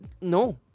No